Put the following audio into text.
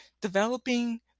developing